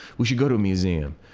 we should go to a museum.